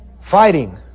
Fighting